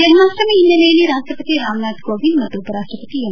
ಜನ್ಮಾಷ್ಟಮಿ ಹಿನ್ನೆಲೆಯಲ್ಲಿ ರಾಷ್ಟಪತಿ ರಾಮನಾಥ ಕೋವಿಂದ್ ಮತ್ತು ಉಪರಾಷ್ಟಪತಿ ಎಂ